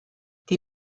die